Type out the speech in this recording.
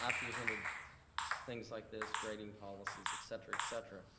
ah presented things like this, grading policies, et cetera et cetera,